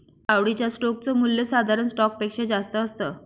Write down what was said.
आवडीच्या स्टोक च मूल्य साधारण स्टॉक पेक्षा जास्त असत